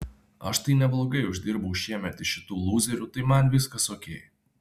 aš tai neblogai uždirbau šiemet iš šitų lūzerių tai man viskas okei